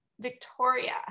Victoria